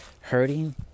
hurting